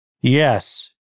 yes